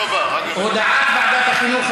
הודעת ועדת החינוך,